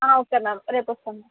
okay ma'am రేపు వస్తాం ma'am